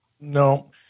no